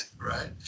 right